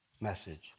message